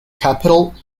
capital